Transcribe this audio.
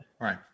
Right